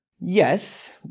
Yes